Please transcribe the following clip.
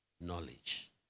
Knowledge